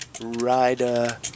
Rider